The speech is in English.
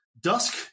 dusk